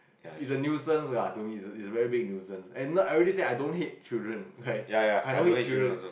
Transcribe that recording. it's a nuisance lah to me it's it's a very big nuisance and I already say I don't hate children like I don't hate children